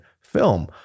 film